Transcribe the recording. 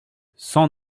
cent